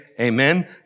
amen